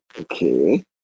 okay